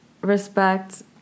respect